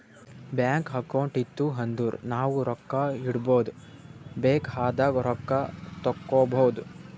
bank account ಇತ್ತು ಅಂದುರ್ ನಾವು ರೊಕ್ಕಾ ಇಡ್ಬೋದ್ ಬೇಕ್ ಆದಾಗ್ ರೊಕ್ಕಾ ತೇಕ್ಕೋಬೋದು